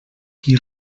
qui